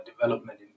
development